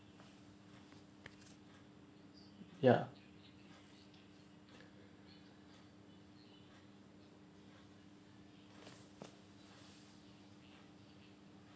ya